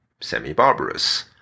semi-barbarous